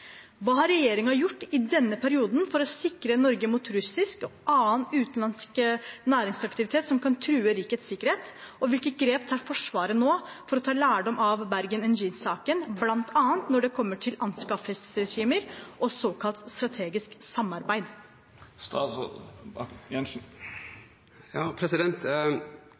Hva har regjeringa gjort i denne perioden for å sikre Norge mot russisk og annen utenlandsk næringsaktivitet som kan true rikets sikkerhet, og hvilke grep tar Forsvaret nå for å ta lærdom av Bergen Engines-saken, blant annet når det kommer til anskaffelsesregimer og såkalt strategisk samarbeid?»